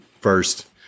first